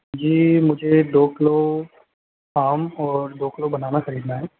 जी मुझे दो किलो आम और दो किलो बनाना खरीदना है